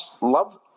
love